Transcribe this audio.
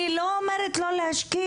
אני לא אומרת לא להשקיע.